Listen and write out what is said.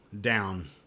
down